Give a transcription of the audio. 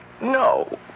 no